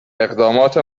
اقدامات